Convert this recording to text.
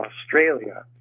Australia